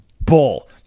bull